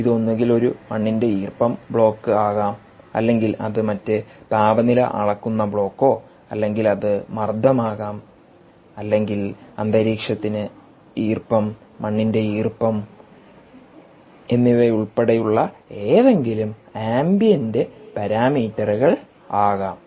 ഇത് ഒന്നുകിൽ ഒരു മണ്ണിന്റെ ഈർപ്പം ബ്ലോക്ക് ആകാം അല്ലെങ്കിൽ അത് മറ്റ് താപനില അളക്കുന്ന ബ്ലോക്കോ അല്ലെങ്കിൽ അത് മർദ്ദം ആകാം അല്ലെങ്കിൽ അന്തരീക്ഷത്തിന്റെ ഈർപ്പം മണ്ണിന്റെ ഈർപ്പം എന്നിവയുൾപ്പെടെയുള്ള ഏതെങ്കിലും ആംബിയന്റ് പാരാമീറ്ററുകൾആകാം